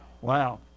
Wow